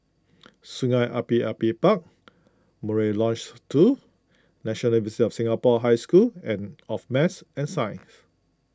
Sungei Api Api Park Murai Lodge two National University of Singapore High School and of Math and Science